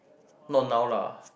not now lah